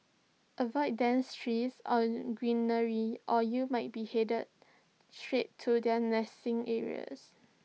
avoid dense trees or greenery or you might be headed straight to their nesting areas